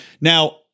Now